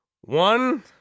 One